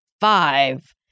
five